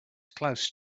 close